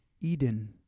Eden